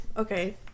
Okay